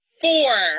Four